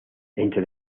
entre